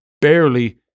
barely